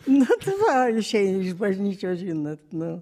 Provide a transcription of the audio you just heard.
nu va išeini iš bažnyčios žinot nu